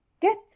get